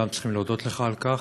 וכולם צריכים להודות לך על כך.